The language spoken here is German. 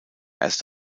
erst